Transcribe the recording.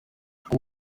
kuba